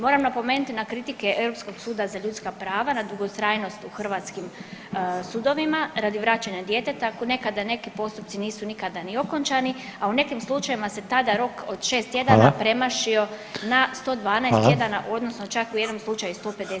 Moramo napomenuti na kritike Europskog suda za ljudska prava na dugotrajnog u hrvatskim sudovima radi vraćanja djeteta ako nekada neki postupci nisu nikada ni okončani, a u nekim slučajevima se tada rok od šest tjedana [[Upadica Reiner: Hvala.]] premašio na 112 tjedana odnosno čak u jednom slučaju 150 tjedana.